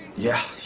yeah.